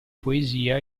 poesia